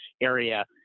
area